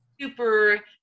super